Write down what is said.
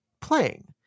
playing